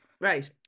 Right